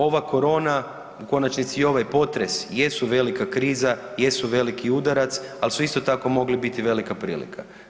Ova korona, u konačnici i ovaj potres jesu velika kriza, jesu veliki udarac, ali su isto tako mogli biti velika prilika.